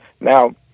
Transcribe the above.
now